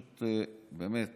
זה באמת